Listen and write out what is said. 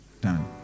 done